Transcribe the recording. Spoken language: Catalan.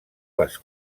les